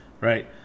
Right